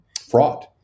fraud